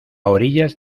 orillas